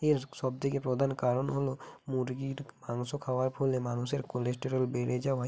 এর সব থেকে প্রধান কারণ হল মুরগির মাংস খাওয়ার ফলে মানুষের কোলেস্টেরল বেড়ে যাওয়ায়